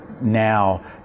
now